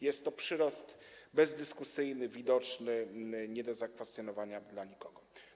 Jest to przyrost bezdyskusyjny, widoczny, nie do zakwestionowania przez nikogo.